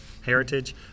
heritage